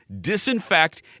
disinfect